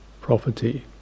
property